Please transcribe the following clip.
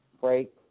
break